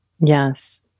Yes